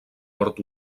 nord